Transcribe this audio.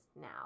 now